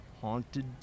haunted